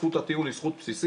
זכות הטיעון היא זכות בסיסית,